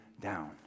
down